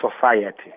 society